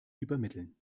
übermitteln